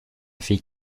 fille